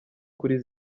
kuri